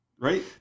Right